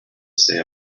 say